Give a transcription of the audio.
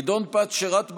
גדעון פת שירת בנחל,